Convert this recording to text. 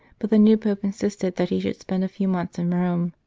but the new pope insisted that he should spend a few months in rome.